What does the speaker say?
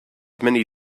many